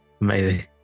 Amazing